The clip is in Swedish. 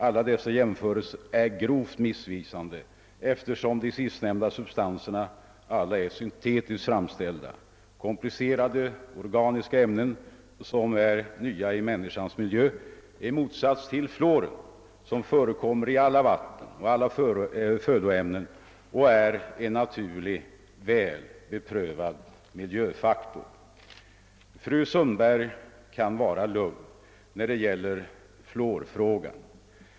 Alla dessa jämförelser är grovt missvisande, eftersom de sistnämnda substanserna är syntetiskt framställda, komplicerade organiska ämnen som är nya i människans miljö i motsats till fluor som förekommer i alla vatten och födoämnen och är en naturlig, väl prövad miljöfaktor. Fru Sundberg kan vara lugn beträffande fluorfrågan.